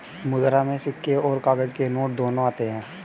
मुद्रा में सिक्के और काग़ज़ के नोट दोनों आते हैं